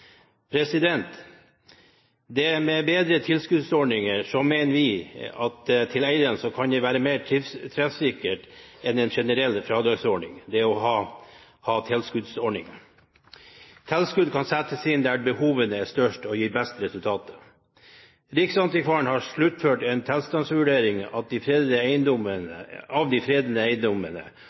Med bedre tilskuddsordninger mener vi at tilskudd til eierne kan være mer treffsikkert enn en generell fradragsordning. Tilskudd kan settes inn der behovene er størst og gir best resultater. Riksantikvaren har sluttført en tilstandsvurdering av de fredede eiendommene